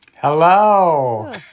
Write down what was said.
Hello